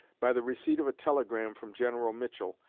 by the receipt of a telegram from general mitchell,